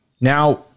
Now